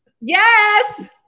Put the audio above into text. Yes